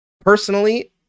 personally